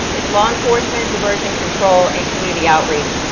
it's law enforcement, diversion control, and community outreach.